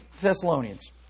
Thessalonians